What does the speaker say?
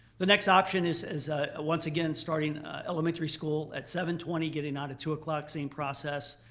the next option is is ah once again starting elementary school at seven twenty, getting out at two o'clock, same process.